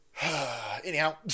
Anyhow